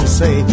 say